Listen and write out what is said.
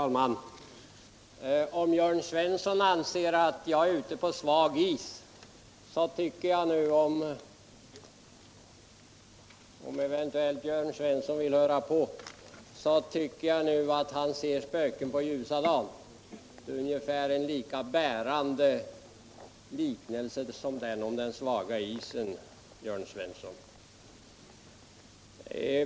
Herr talman! Om Jörn Svensson anser att jag är ute på svag is så tycker jag — om Jörn Svensson eventuellt vill höra på — att han ser spöken på ljusa dagen. Den liknelsen är ungefär lika bärande som den om den svaga isen, Jörn Svensson.